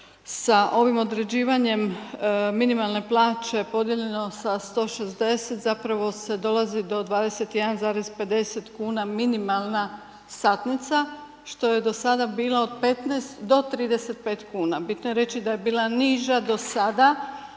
sa ovim određivanjem minimalne plaće podijeljeno sa 160 zapravo se dolazi do 21,50 kn minimalna satnica, što je do sada bila od 15-35kn. Bitno je reći da je bila niža do sada,